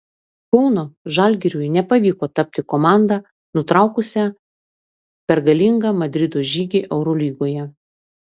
kauno žalgiriui nepavyko tapti komanda nutraukusia pergalingą madrido žygį eurolygoje